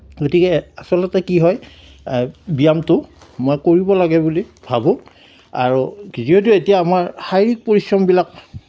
গতিকে আচলতে কি হয় ব্যায়ামটো মই কৰিব লাগে বুলি ভাবোঁ আৰু দ্বিতীয়তে এতিয়া আমাৰ শাৰীৰিক পৰিশ্ৰমবিলাক